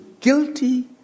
guilty